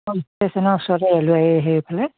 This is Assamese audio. অঁ ষ্টেশ্যনৰ ওচৰতে এলুৱাই হেৰি ফালে